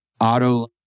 auto